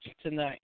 tonight